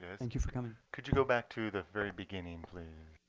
ah thank you for coming. could you go back to the very beginning, please?